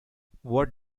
what